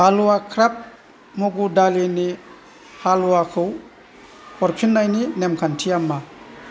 halwa craft मुगु दालिनि हालवाखौ हरफिन्नायनि नेमखान्थिया मा